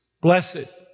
Blessed